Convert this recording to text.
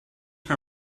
her